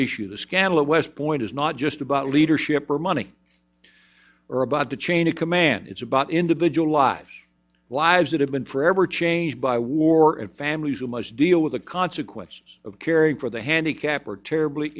issue the scandal at west point is not just about leadership or money or about the chain of command it's about individual lives lives that have been forever changed by war and families who must deal with the consequences of caring for the handicapped or terribly